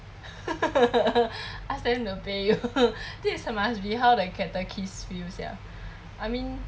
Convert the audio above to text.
ask them to pay you this must be how the kids feel sia I mean